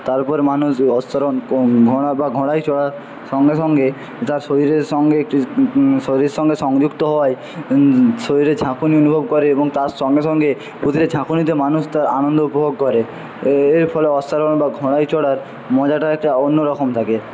তারপর মানুষ অশ্বারোহণ ঘোড়া বা ঘোড়ায় চড়ার সঙ্গে সঙ্গে তার শরীরের সঙ্গে একটি শরীরের সঙ্গে সংযুক্ত হওয়ায় শরীরে ঝাঁকুনি অনুভব করে এবং তার সঙ্গে সঙ্গে ঝাঁকুনিতে মানুষ তার আনন্দ উপভোগ করে এর ফলে অশ্বারোহণ বা ঘোড়ায় চড়ার মজটা একটা অন্যরকম থাকে